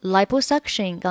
Liposuction